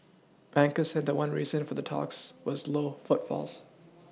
bankers said one reason for the talks was low footfalls